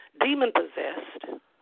demon-possessed